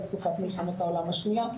בתקופת מלחמת העולם השנייה,